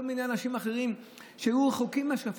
מיני אנשים אחרים שהיו רחוקים מההשקפה,